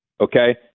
okay